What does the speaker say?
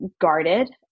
guarded